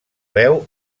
veu